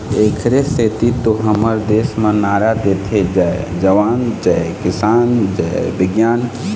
एखरे सेती तो हमर देस म नारा देथे जय जवान, जय किसान, जय बिग्यान